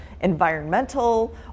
environmental